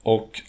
Och